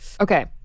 Okay